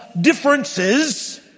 differences